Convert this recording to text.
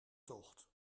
tocht